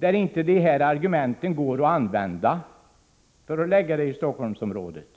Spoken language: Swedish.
på vilket dessa argument inte kan användas för en lokalisering till Stockholmsområdet?